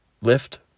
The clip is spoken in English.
lift